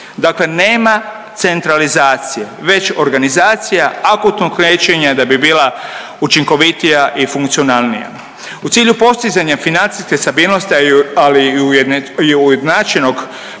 Dakle, nema centralizacije već organizacija akutnog liječenja da bi bila učinkovitija i funkcionalnija. U cilju postizanja financijske stabilnosti, ali i ujednačenog